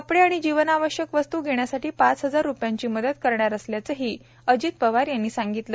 कपडे आणि जीवनावश्यक वस्तू घेण्यासाठी पाच हजार रूपयांची मदत करणार असल्याचही अजित पवार यांनी सांगितलं